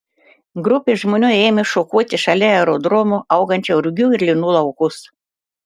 grupė žmonių ėmė šukuoti šalia aerodromo augančių rugių ir linų laukus